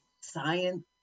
science